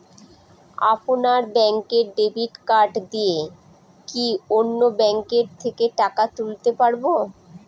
আপনার ব্যাংকের debit card দিয়ে কি অন্য ব্যাংকের থেকে টাকা তুলতে পারবো?